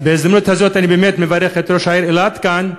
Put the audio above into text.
בהזדמנות הזאת אני באמת מברך את ראש העיר אילת כאן,